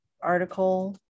article